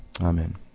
Amen